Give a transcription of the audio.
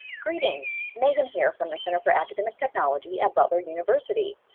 greetings! megan here from the center for academic technology at butler university.